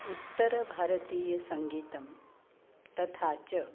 उत्तरभारतीयसङ्गीतं तथा च